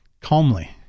calmly